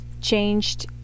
changed